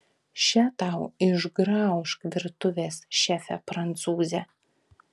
še tau išgraužk virtuvės šefe prancūze